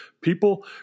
people